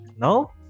no